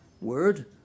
word